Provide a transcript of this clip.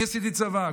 אני עשיתי צבא,